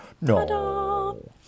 no